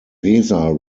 weser